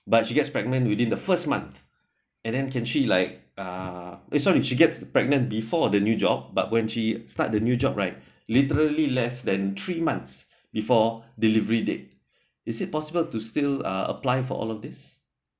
but she gets pregnant within the first month and then can she like uh eh sorry she gets pregnant before the new job but when she starts the new job right literally less than three months before delivery date is it possible to still uh apply for all these